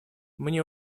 мне